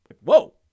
Whoa